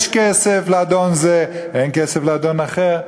יש כסף לאדון זה, אין כסף לאדון אחר.